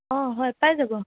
অঁ হয় পাই যাব